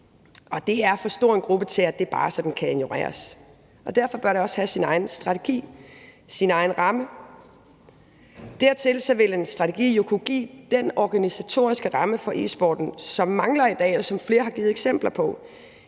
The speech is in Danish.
Og det er for stor en gruppe til, at det bare sådan kan ignoreres. Derfor bør det også have sin egen strategi, sin egen ramme. Dertil vil en strategi kunne give den organisatoriske ramme for e-sporten, som mangler i dag, hvad flere har givet eksempler på.